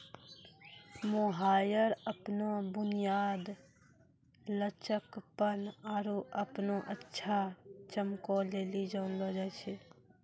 mohair अपनो बुनियाद, लचकपन आरु अपनो अच्छा चमको लेली जानलो जाय छै